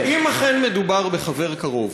אם אכן מדובר בחבר קרוב,